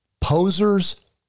Posers